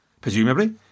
Presumably